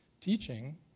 teaching